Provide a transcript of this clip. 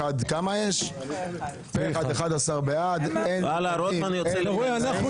11. מי